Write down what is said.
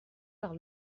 par